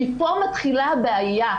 מפה מתחילה הבעיה.